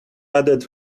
added